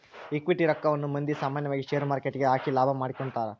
equity ರಕ್ಕವನ್ನ ಮಂದಿ ಸಾಮಾನ್ಯವಾಗಿ ಷೇರುಮಾರುಕಟ್ಟೆಗ ಹಾಕಿ ಲಾಭ ಮಾಡಿಕೊಂತರ